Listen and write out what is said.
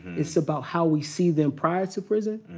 it's about how we see them prior to prison,